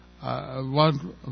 One